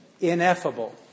Ineffable